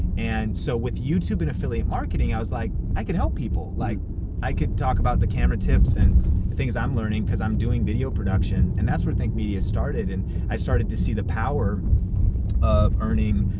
and so with youtube and affiliate marketing, i was like i could help people. like i could talk about the camera tips and things i'm learning cause i'm doing video production, and that's where think media started. and i started to see the power of earning,